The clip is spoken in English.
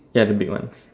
ya the big one